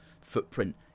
footprint